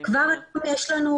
כבר היום יש לנו